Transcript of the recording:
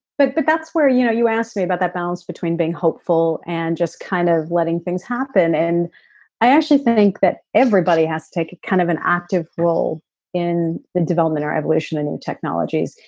but but that's where you know you asked me about that balance between being hopeful and just kind of letting things happen and i actually think that everybody has to take a kind of an active role in the development of our evolution and new technologies.